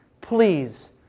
Please